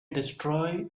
destroy